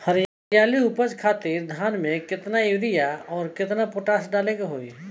हरियाली और उपज खातिर धान में केतना यूरिया और पोटाश डाले के होई?